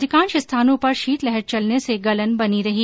अधिकांश स्थानों पर शीतलहर चलने से गलन बनी रही